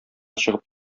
чыгып